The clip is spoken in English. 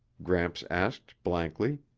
gramps asked blankly.